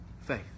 Faith